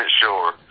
sure